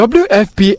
wfp